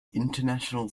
international